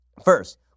First